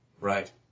Right